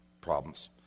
problems